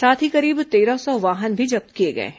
साथ ही करीब तेरह सौ वाहन भी जब्त किए गए हैं